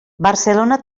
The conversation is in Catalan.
barcelona